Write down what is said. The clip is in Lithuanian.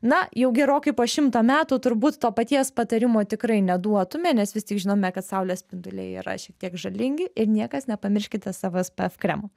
na jau gerokai po šimto metų turbūt to paties patarimo tikrai neduotume nes vis tik žinome kad saulės spinduliai yra šiek tiek žalingi ir niekas nepamirškite savo spf kremo